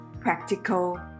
practical